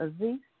Aziz